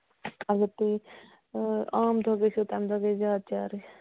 اگر تُہۍ عام دۄہ گژھِو تَمہِ دۄہ گژھِ زیادٕ چارٕج